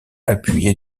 appuyé